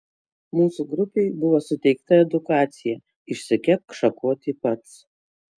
mūsų grupei buvo suteikta edukacija išsikepk šakotį pats